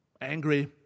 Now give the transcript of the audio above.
angry